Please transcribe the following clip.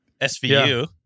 SVU